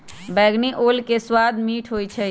बइगनी ओल के सवाद मीठ होइ छइ